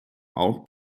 auch